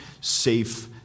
safe